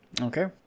Okay